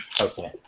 Okay